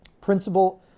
principle